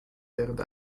während